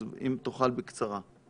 אז אם תוכל, בקצרה.